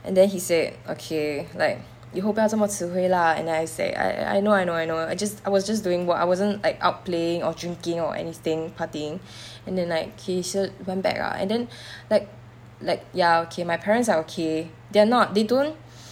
and then he said okay like 以后不要这么迟回 lah and then I say I I know I know I know I just I was just doing work I wasn't like out playing or drinking or anything partying and then like okay so went back ah and then like like ya okay my parents are okay they're not they don't